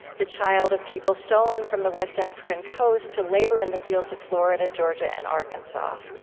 the child of people stolen from the west african coasts to labor in the fields of florida, georgia, and arkansas.